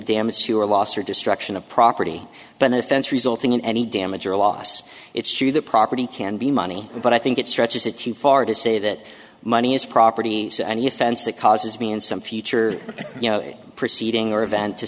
damage to or loss or destruction of property but the offense resulting in any damage or loss it's true that property can be money but i think it stretches it too far to say that money is property so any offense that causes me in some future you know a proceeding or event to